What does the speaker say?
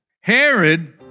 Herod